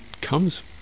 comes